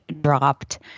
dropped